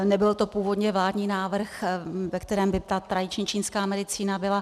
Nebyl to původně vládní návrh, ve kterém by ta tradiční čínská medicína byla.